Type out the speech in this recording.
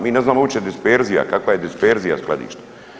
Mi ne znamo uopće disperzija, kakva je disperzija skladišta.